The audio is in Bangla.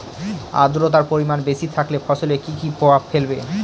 আদ্রর্তার পরিমান বেশি থাকলে ফসলে কি কি প্রভাব ফেলবে?